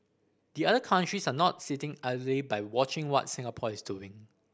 the other countries are not sitting idly by watching what Singapore is doing